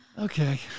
Okay